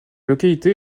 localité